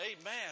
Amen